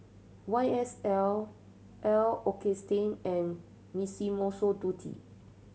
Y S L L'Occitane and Dutti